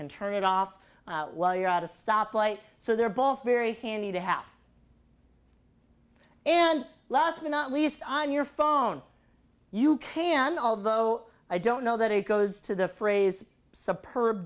can turn it off while you're out a stoplight so they're both very handy to have and last may not least on your phone you can although i don't know that it goes to the phrase superb